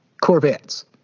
Corvettes